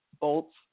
Bolts